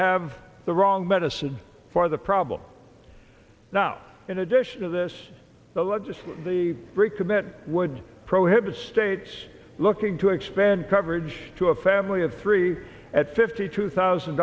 have the wrong medicine for the problem now in addition to this the legislature the recommit would prohibit states looking to expand coverage to a family of three at fifty two thousand